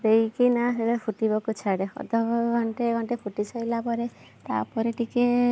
ଦେଇକିନା ହେଲେ ଫୁଟିବାକୁ ଛାଡ଼େ ଅଧ ଘଣ୍ଟା ଘଣ୍ଟେ ଫୁଟି ସାରିଲା ପରେ ତାପରେ ଟିକେ